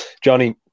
Johnny